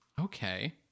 Okay